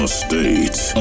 State